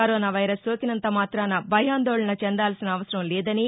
corona virus సోకినంత మాత్రన భయాందోళన చెందాల్సిన అవసరం లేదని